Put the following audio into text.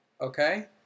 Okay